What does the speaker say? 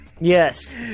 Yes